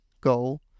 goal